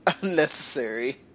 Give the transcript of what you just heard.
unnecessary